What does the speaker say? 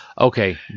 Okay